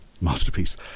masterpiece